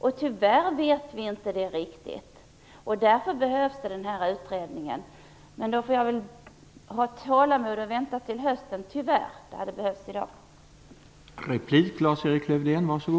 Tyvärr vet vi inte riktigt det. Därför behövs den här utredningen. Jag får väl ha tålamod och vänta till hösten - tyvärr. Det hade behövts något i dag.